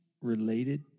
related